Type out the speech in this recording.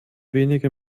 wenige